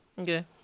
Okay